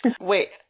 Wait